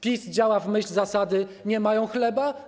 PiS działa w myśl zasady: Nie mają chleba?